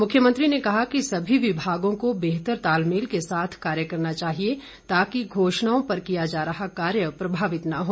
मुख्यमंत्री ने कहा कि समी विमागों को बेहतर तालमेल के साथ कार्य करना चाहिए ताकि घोषणाओं पर किया जा रहा कार्य प्रभावित न हो